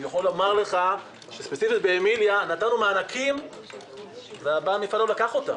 אני יכול לומר לך שספציפית באמיליה נתנו מענקים ובעל המפעל לא לקח אותם.